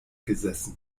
gesessen